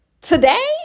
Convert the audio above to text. Today